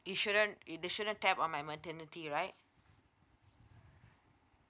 it shouldn't it shouldn't tap on my maternity right